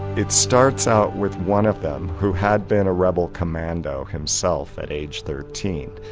it starts out with one of them, who had been a rebel commando himself at age thirteen,